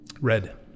Red